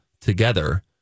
together